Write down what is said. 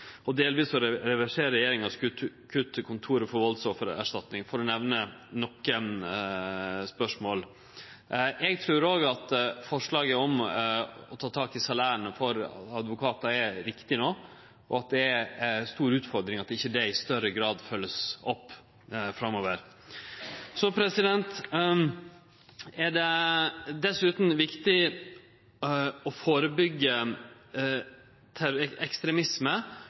og delvis ved å reversere regjeringas kutt på Kontoret for valdsoffererstatning – for å nemne nokre saker. Eg trur òg at forslaget om å ta tak i salæra til advokatar er riktig no, og at det er ei stor utfordring at dette ikkje i større grad vert følgt opp framover. Det er dessutan viktig å førebyggje ekstremisme